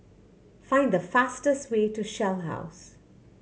find the fastest way to Shell House